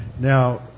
Now